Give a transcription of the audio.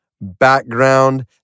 background